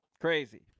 Crazy